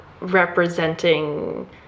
representing